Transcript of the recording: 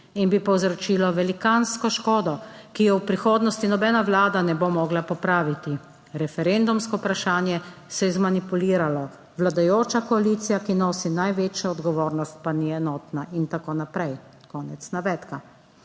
in bi povzročilo velikansko škodo, ki je v prihodnosti nobena vlada ne bo mogla popraviti. Referendumsko vprašanje se je zmanipuliralo, vladajoča koalicija, ki nosi največjo odgovornost pa ni enotna in tako naprej." Konec navedka.